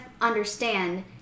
understand